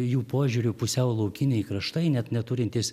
jų požiūriu pusiau laukiniai kraštai net neturintys